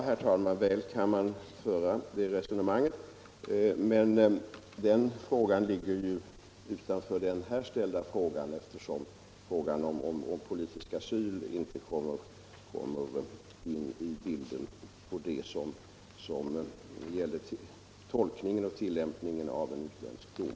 Herr talman! Väl kan man föra det resonemanget, men det ligger utanför ramen för den här ställda frågan, eftersom frågan om politisk asyl inte kommer in i bilden när det gäller tolkningen och tillämpningen av en utländsk dom.